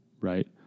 right